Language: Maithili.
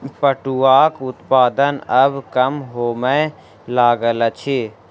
पटुआक उत्पादन आब कम होमय लागल अछि